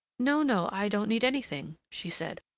no, no, i don't need anything, she said,